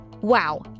Wow